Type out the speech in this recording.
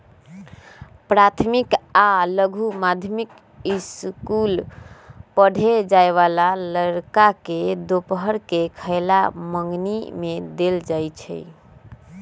प्राथमिक आ लघु माध्यमिक ईसकुल पढ़े जाय बला लइरका के दूपहर के खयला मंग्नी में देल जाइ छै